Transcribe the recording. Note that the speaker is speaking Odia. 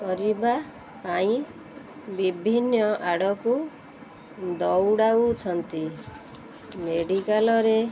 କରିବା ପାଇଁ ବିଭିନ୍ନ ଆଡ଼କୁ ଦୌଡ଼ାଉଛନ୍ତି ମେଡ଼ିକାଲ୍ରେ